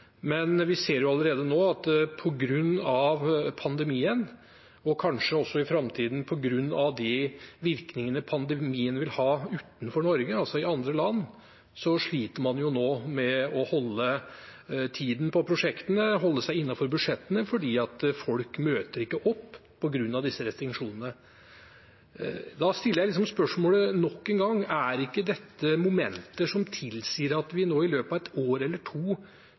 pandemien og kanskje også i framtiden på grunn av de virkningene pandemien vil ha utenfor Norge, altså i andre land, sliter man med å holde tiden på prosjektene og å holde seg innenfor budsjettene fordi folk ikke møter opp på grunn av disse restriksjonene. Da stiller jeg spørsmålet nok en gang: Er ikke dette momenter som tilsier at vi nå i løpet av et år eller to